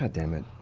ah damn it.